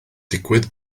digwydd